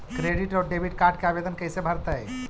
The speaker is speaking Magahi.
क्रेडिट और डेबिट कार्ड के आवेदन कैसे भरैतैय?